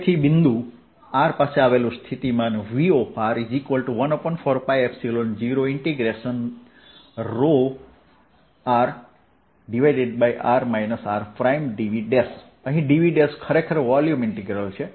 તેથી બિંદુ r પાસે આવેલું સ્થિતિમાન Vr14π0ρ|r r|dV અહીં dV ખરેખર વોલ્યુમ ઇન્ટિગ્રલ છે